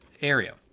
area